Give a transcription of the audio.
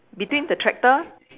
between the tractor